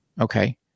Okay